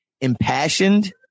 impassioned